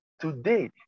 today